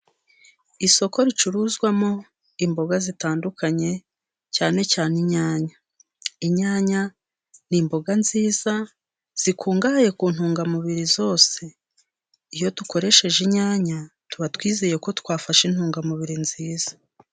Isoko ricuruzwamo imboga zitandukanye ,cyane cyane inyanya. Inyanya ni imboga nziza zikungahaye ku ntungamubiri zose ,iyo dukoresheje inyanya tuba twizeye ko twafashe intungamubiri nziza.